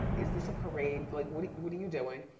is this a parade, like what what are you doing?